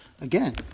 Again